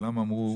כולם אמרו: